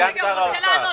זה נושא ראשון.